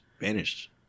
vanished